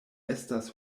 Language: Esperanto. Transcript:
estas